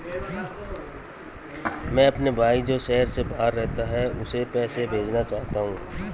मैं अपने भाई जो शहर से बाहर रहता है, उसे पैसे भेजना चाहता हूँ